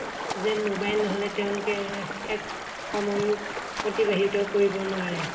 যেন মোবাইল নহ'লে তেওঁলোকে এক সময়ো অতিবাহিত কৰিব নোৱাৰে